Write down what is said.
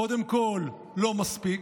קודם כול, לא מספיק,